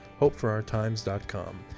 hopeforourtimes.com